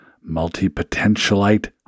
multi-potentialite